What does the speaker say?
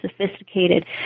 sophisticated